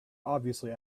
obviously